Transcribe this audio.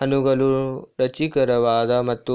ಹಣ್ಣುಗಳು ರುಚಿಕರವಾದ ಮತ್ತು